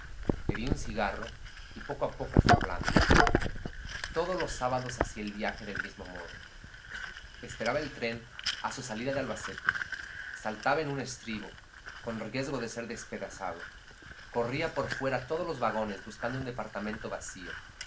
di un cigarro y poco a poco fue hablando todos los sábados hacía el viaje del mismo modo esperaba el tren a su salida de albacete saltaba a un estribo con riesgo de ser despedazado corría por fuera todos los vagones buscando un departamento vacío